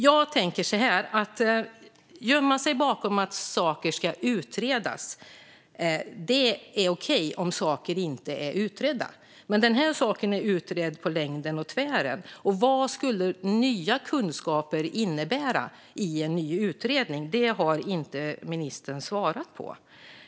Jag tänker så här: Att gömma sig bakom att saker ska utredas är okej om saker inte är utredda. Men den här saken är utredd på längden och tvären. Vad skulle nya kunskaper innebära i en ny utredning? Det har inte ministern svarat på.